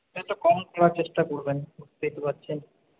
একটু কম করার চেষ্টা করবেন বুঝতেই তো পারছেন